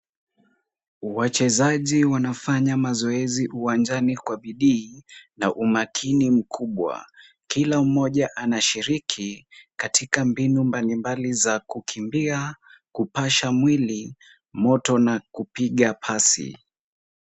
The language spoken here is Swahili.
Wachezaji wanafanya mazoezi uwanjani kwa bidii na umakini mkubwa. Kila mmoja anashiriki katika mbinu mbalimbali za kukimbia, kupasha mwili moto na kupiga pasi.